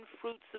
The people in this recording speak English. fruits